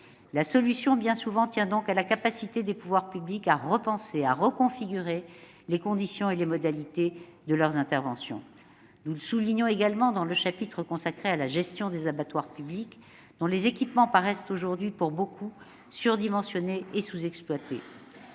La solution, bien souvent, tient donc à la capacité des pouvoirs publics à repenser et à reconfigurer les conditions et les modalités de leurs interventions. Nous le soulignons notamment dans le chapitre consacré à la gestion des abattoirs publics, dont les équipements paraissent aujourd'hui, pour beaucoup, surdimensionnés et sous-exploités.